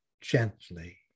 gently